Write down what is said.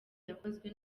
yakozwe